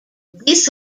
this